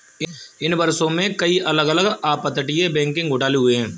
इन वर्षों में, कई अलग अलग अपतटीय बैंकिंग घोटाले हुए हैं